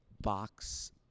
box